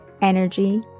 energy